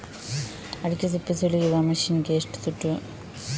ಅಡಿಕೆ ಸಿಪ್ಪೆ ಸುಲಿಯುವ ಮಷೀನ್ ಗೆ ಏಷ್ಟು ದುಡ್ಡು?